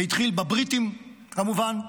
זה התחיל בבריטים, כמובן,